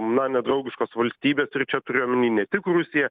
na nedraugiškos valstybės ir čia turiu omeny ne tik rusiją